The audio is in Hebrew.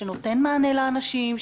שנותנת מענה לאנשים,